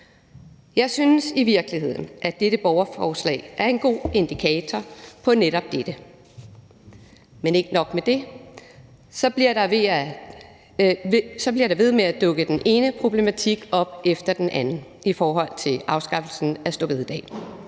Jeg synes i virkeligheden, at dette borgerforslag er en god indikator på netop dette. Men ikke nok med det, for der bliver ved med at dukke den ene problematik op efter den anden i forhold til afskaffelsen af store bededag: